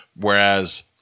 Whereas